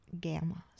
gammas